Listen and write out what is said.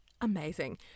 amazing